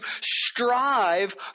strive